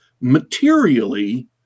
materially